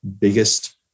biggest